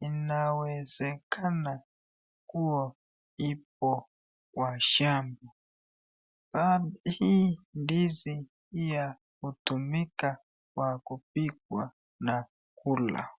inawezekana kuwa ipo kwa shamba. Hii ndizi pia hutumika kwa kupikwa na kula.